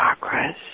chakras